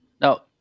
Now